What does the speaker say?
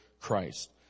Christ